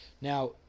Now